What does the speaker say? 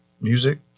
music